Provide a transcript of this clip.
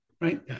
Right